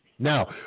Now